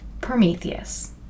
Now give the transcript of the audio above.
prometheus